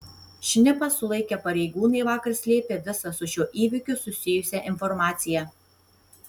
šnipą sulaikę pareigūnai vakar slėpė visą su šiuo įvykiu susijusią informaciją